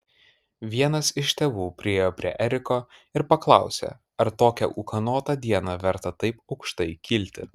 vienas iš tėvų priėjo prie eriko ir paklausė ar tokią ūkanotą dieną verta taip aukštai kilti